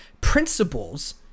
principles